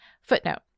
Footnote